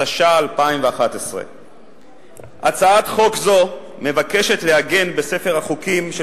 התשע"א 2011. הצעת חוק זו מבקשת לעגן בספר החוקים של